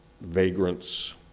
vagrants